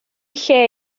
lle